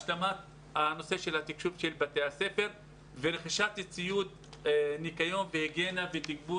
השלמת הנושא של תקשוב בתי הספר ורכישת ציוד ניקיון והיגיינה ותגבור